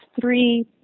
three